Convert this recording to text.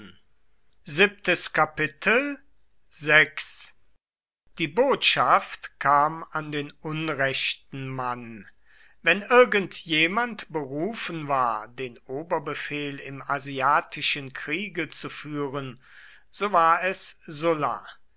die botschaft kam an den unrechten mann wenn irgend jemand berufen war den oberbefehl im asiatischen kriege zu führen so war es sulla